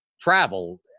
travel